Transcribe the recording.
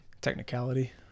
Technicality